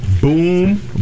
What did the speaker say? Boom